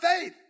faith